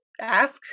ask